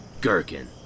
Gherkin